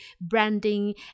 branding